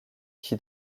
qui